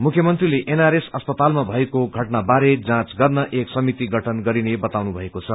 मुख्यमन्त्रीले एनआरएम अस्पतालमा भएको घटनाबारे जाँच गर्न एक समिति गठन गरिने बताउनुभएको छ